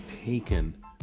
taken